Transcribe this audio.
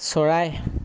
চৰাই